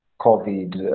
COVID